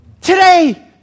Today